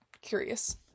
curious